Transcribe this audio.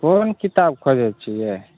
कोन किताब खोजय छियै